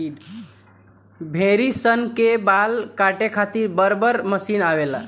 भेड़ी सन के बाल काटे खातिर बड़ बड़ मशीन आवेला